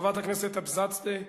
חברת הכנסת נינו אבסדזה,